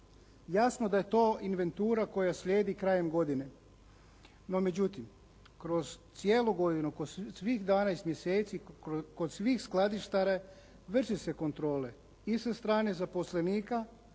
jasno da je to inventura koja slijedi krajem godine. No međutim, kroz cijelu godinu kroz svih dvanaest mjeseci kod svih skladištara vrše se kontrole i sa strane zaposlenika